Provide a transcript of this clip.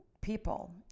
people